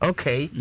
Okay